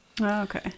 okay